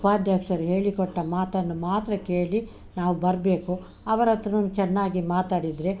ಉಪಾದ್ಯಾಕ್ಷರು ಹೇಳಿಕೊಟ್ಟ ಮಾತನ್ನು ಮಾತ್ರ ಕೇಳಿ ನಾವು ಬರಬೇಕು ಅವರತ್ತಿನೂ ಚೆನ್ನಾಗಿ ಮಾತಾಡಿದ್ದರೆ